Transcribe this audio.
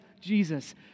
Jesus